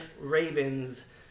Ravens